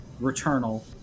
returnal